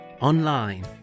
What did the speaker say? online